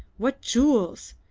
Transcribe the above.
what jewels!